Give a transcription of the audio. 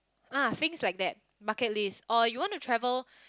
ah things like that bucket list or you want to travel